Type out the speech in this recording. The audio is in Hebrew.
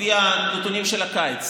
לפי הנתונים של הקיץ.